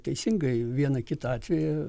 teisingai vieną kitą atvejį